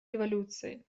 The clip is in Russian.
революции